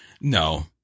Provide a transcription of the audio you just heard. No